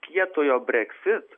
kietojo breksit